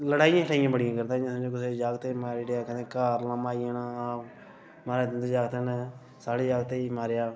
लड़ाइयां शड़ाइयां बड़ियां करदा हा इ'यां समझो कदें कुसै जागतै गी मारी ओड़ेआ कदें घर लाह्मा आई जाना माराज तुं'दे जागते ने साढ़े जागतै गी मारेआ